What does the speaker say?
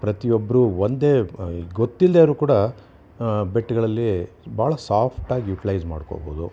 ಪ್ರತಿಯೊಬ್ಬರೂ ಒಂದೇ ಈ ಗೊತ್ತಿಲ್ದವ್ರು ಕೂಡ ಬೆಟ್ಟುಗಳಲ್ಲಿ ಭಾಳ ಸಾಫ್ಟಾಗಿ ಯುಟ್ಲೈಸ್ ಮಾಡ್ಕೊಬೋದು